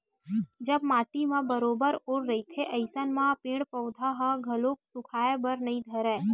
जब माटी म बरोबर ओल रहिथे अइसन म पेड़ पउधा ह घलो सुखाय बर नइ धरय